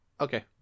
Okay